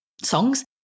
songs